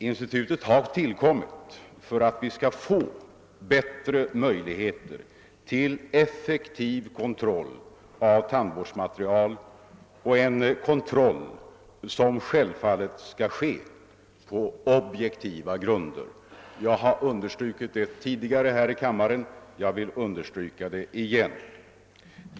Institutet har tillkommit för att vi skall få bättre möjligheter till en effektiv kontroll av tandvårdsmaterial och en kontroll som självfallet skall ske på objektiva grunder. Jag har tidigare understrukit detta i denna kammare och jag vill göra det ånyo.